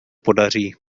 podaří